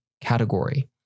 category